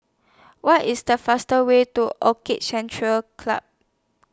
What IS The fastest Way to Orchid Centre Club